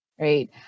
Right